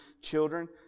children